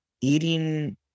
eating